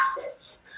assets